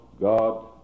God